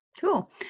Cool